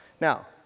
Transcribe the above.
Now